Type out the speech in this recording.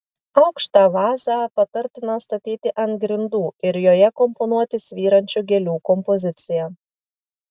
aukštą vazą patartina statyti ant grindų ir joje komponuoti svyrančių gėlių kompoziciją